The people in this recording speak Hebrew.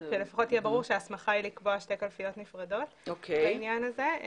כדי לפחות יהיה ברור שההסמכה היא לקבוע שתי קלפיות נפרדות בעניין הזה.